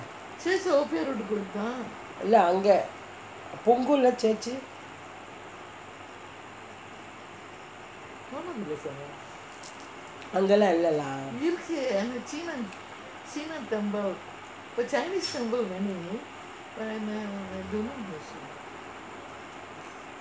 இல்லே அங்கே:illae anggae unggol lah church uh அங்கெல்லாம் இல்லே:anggellam illae lah